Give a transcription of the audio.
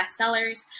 bestsellers